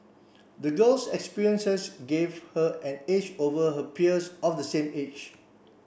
the girl's experiences gave her an edge over her peers of the same age